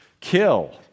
kill